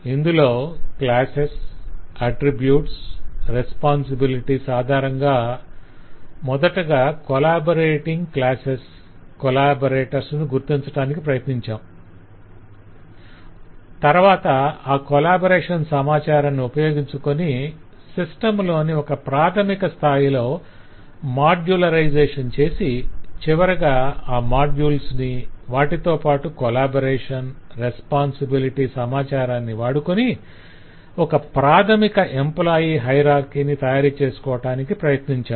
ఇందులో classes attributes responsibilities ఆధారంగా మొదటగా కొలాబరేటింగ్ క్లాసెస్ కొలాబరేటర్స్ ను గుర్తించటానికి ప్రయత్నించాం తరవాత ఆ కొలాబరేషన్ సమాచారాన్ని ఉపయోగించుకొని సిస్టం లోని ఒక ప్రాధమిక స్థాయిలో మాడ్యులరైజేషన్ చేసి చివరగా ఆ మాడ్యుల్స్ని వాటితోపాటు కొలాబరేషన్ రెస్పొంసిబిలిటి సమాచారాన్ని వాడుకొని ఒక ప్రాధమిక ఎంప్లాయ్ హయరార్కిని తయారుచేసుకోటానికి ప్రయత్నించాం